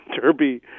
derby